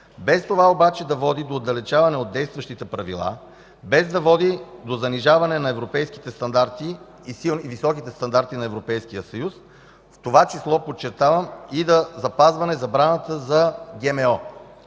без това обаче да води до отдалечаване от действащите правила, без да води до занижаване на европейските стандарти, високите стандарти на Европейския съюз, в това число, подчертавам, и запазване забраната за ГМО;